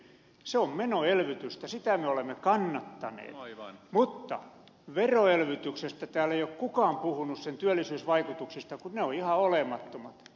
se on menoelvytystä sitä me olemme kannattaneet mutta veroelvytyksestä täällä ei ole kukaan puhunut sen työllisyysvaikutuksista kun ne ovat ihan olemattomat